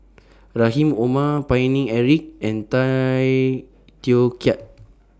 Rahim Omar Paine Eric and Tay Teow Kiat